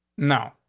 no,